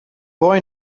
boy